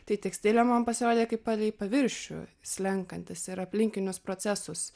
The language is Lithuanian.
tai tekstilė man pasirodė kaip palei paviršių slenkantis ir aplinkinius procesus